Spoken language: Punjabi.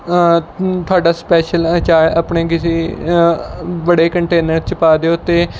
ਤੁਹਾਡਾ ਸਪੈਸ਼ਲ ਅਚਾਰ ਆਪਣੇ ਕਿਸੇ ਬੜੇ ਕੰਟੇਨਰ 'ਚ ਪਾ ਦਿਓ ਅਤੇ